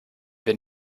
wir